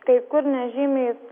kai kur nežymiai